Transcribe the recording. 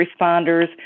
responders